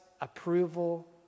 approval